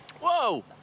Whoa